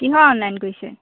কিহৰ অনলাইন কৰিছে